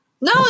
No